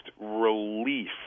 relief